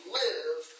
live